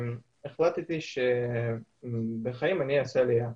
החלטתי שאני אעשה עלייה.